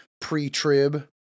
pre-trib